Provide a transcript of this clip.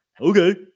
okay